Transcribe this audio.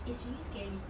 it's really scary